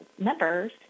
members